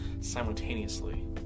simultaneously